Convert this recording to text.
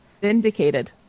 Vindicated